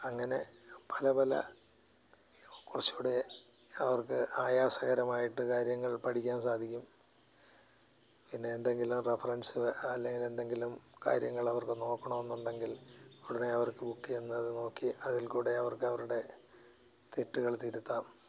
അങ്ങനെ പല പല കുറച്ചും കൂടെ അവർക്ക് ആയാസകരമായിട്ട് കാര്യങ്ങൾ പഠിക്കാൻ സാധിക്കും പിന്നെ എന്തെങ്കിലും റെഫറൻസ് അല്ലെങ്കിൽ എന്തെങ്കിലും കാര്യങ്ങൾ അവർക്ക് നോക്കണമെന്നുണ്ടെങ്കിൽ ഉടനെ അവർക്ക് ബുക്ക് ചെയ്യുന്നത് നോക്കി അതിൽക്കൂടെ അവർക്ക് അവരുടെ തെറ്റുകൾ തിരുത്താം